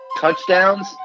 touchdowns